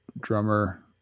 drummer